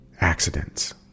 accidents